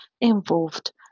involved